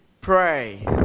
Pray